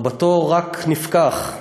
\ מבטו רק נפקח,